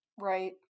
Right